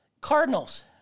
Cardinals